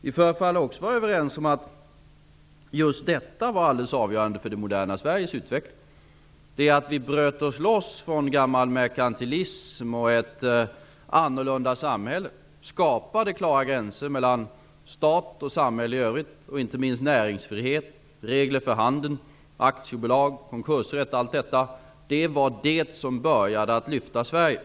Vi förefaller också vara överens om att det var alldeles avgörande för det moderna Sveriges utveckling att vi bröt oss loss från gammal merkantilism och från ett annorlunda samhälle, skapade klara gränser mellan stat och samhälle i övrigt, inte minst näringsfrihet, regler för handeln, aktiebolag, konkursrätt osv. Det var detta som började lyfta Sverige.